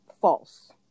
false